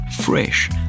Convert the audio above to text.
Fresh